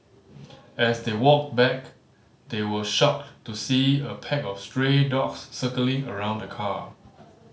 as they walked back they were shocked to see a pack of stray dogs circling around the car